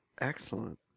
Excellent